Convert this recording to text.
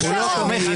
הוא לא בוגד.